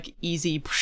easy